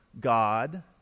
God